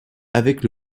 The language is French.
avec